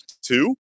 two